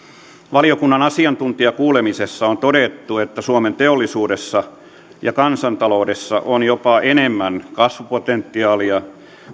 valiokunnan asiantuntijakuulemisessa on todettu että suomen teollisuudessa ja kansantaloudessa on jopa enemmän kasvupotentiaalia